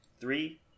Three